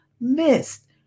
missed